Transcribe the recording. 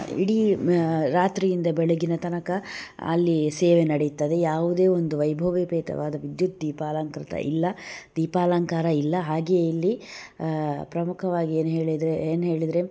ಇಡೀ ರಾತ್ರಿಯಿಂದ ಬೆಳಗಿನ ತನಕ ಅಲ್ಲಿ ಸೇವೆ ನಡೀತದೆ ಯಾವುದೇ ಒಂದು ವೈಭವೋಪೇತವಾದ ವಿದ್ಯುತ್ ದೀಪಾಲಂಕೃತ ಇಲ್ಲ ದೀಪಾಲಂಕಾರ ಇಲ್ಲ ಹಾಗೆ ಇಲ್ಲಿ ಪ್ರಮುಖವಾಗಿ ಏನ್ಹೇಳಿದರೆ ಏನ್ಹೇಳಿದರೆ